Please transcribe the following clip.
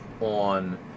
on